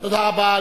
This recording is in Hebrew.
תודה רבה.